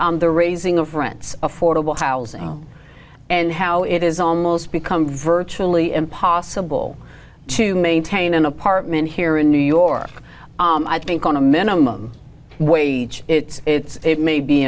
the raising of rents affordable housing and how it is almost become virtually impossible to maintain an apartment here in new york i think on a minimum wage it's it's it may be